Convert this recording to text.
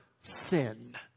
sin